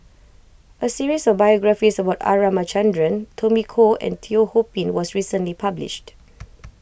a series of biographies about R Ramachandran Tommy Koh and Teo Ho Pin was recently published